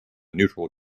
neutral